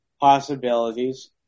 possibilities